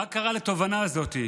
מה קרה לתובנה הזו?